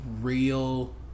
real